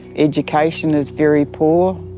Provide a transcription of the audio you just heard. education is very poor.